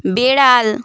বেড়াল